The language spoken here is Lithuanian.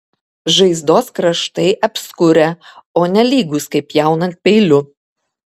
žaizdos kraštai apskurę o ne lygūs kaip pjaunant peiliu